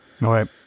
right